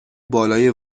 بالای